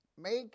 Make